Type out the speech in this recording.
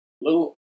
little